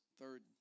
Third